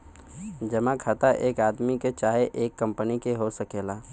जमा खाता एक आदमी के चाहे एक कंपनी के हो सकेला